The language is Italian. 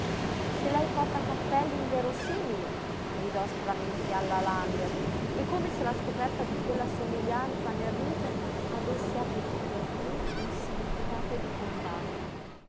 se lei porta cappelli inverosimili gridò aspramente alla lander e come se la scoperta di quella somiglianza nel riso avesse avuto per lui un significato di condanna